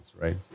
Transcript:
right